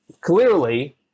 clearly